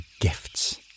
gifts